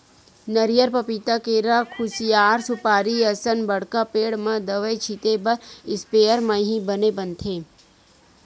नरियर, पपिता, केरा, खुसियार, सुपारी असन बड़का पेड़ म दवई छिते बर इस्पेयर म ही बने बनथे